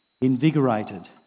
invigorated